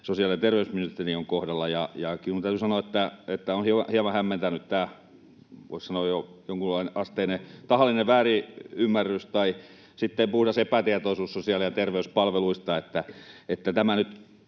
sosiaali- ja terveysministeriön kohdalla. Kyllä minun täytyy sanoa, että on hieman hämmentänyt tämä, voisi sanoa, jo jonkinasteinen tahallinen väärinymmärrys tai sitten puhdas epätietoisuus sosiaali- ja terveyspalveluista,